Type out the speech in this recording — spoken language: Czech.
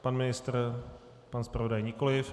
Pan ministr, pan zpravodaj, nikoliv.